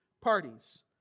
parties